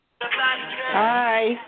Hi